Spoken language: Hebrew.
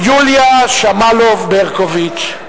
יוליה שמאלוב-ברקוביץ,